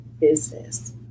business